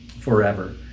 forever